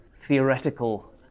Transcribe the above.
theoretical